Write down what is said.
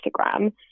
Instagram